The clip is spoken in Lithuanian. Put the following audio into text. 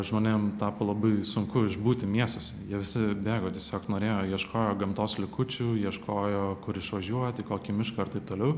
žmonėm tapo labai sunku išbūti miestuose jie visi bėgo tiesiog norėjo ieškojo gamtos likučių ieškojo kur išvažiuoti į kokį mišką ir taip toliau